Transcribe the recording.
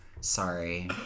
Sorry